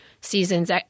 seasons